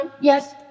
yes